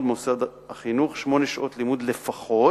במוסד החינוך שמונה שעות לימוד לפחות,